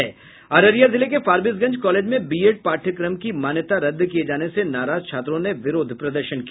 अररिया जिले के फारबिसगंज कॉलेज में बीएड पाठ्यक्रम की मान्यता रदद किये जाने से नाराज छात्रों ने विरोध प्रदर्शन किया